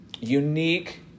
unique